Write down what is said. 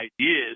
ideas